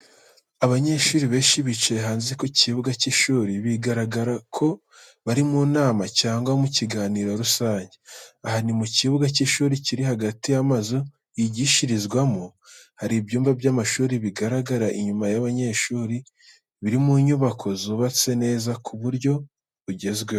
Abanyeshuri benshi bicaye hanze ku kibuga cy’ishuri, bigaragara ko bari mu nama cyangwa mu kiganiro rusange. Aha ni mu kibuga cy’ishuri kiri hagati y’amazu yigishirizwamo. Hari ibyumba by'amashuri bigaragara inyuma y’abanyeshuri, biri mu nyubako zubatse neza ku buryo bugezweho.